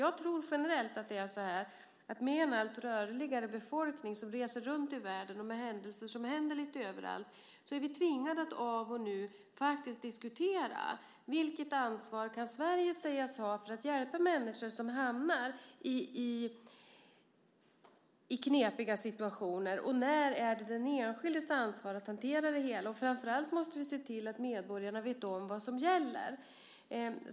Jag tror generellt att det är så här, att med en allt rörligare befolkning som reser runt i världen, och med händelser som inträffar lite överallt, så är vi tvingade att nu och då faktiskt diskutera vilket ansvar Sverige kan sägas ha för att hjälpa människor som hamnar i knepiga situationer. När är det den enskildes ansvar att hantera det hela? Framför allt måste vi se till att medborgarna vet om vad som gäller.